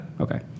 Okay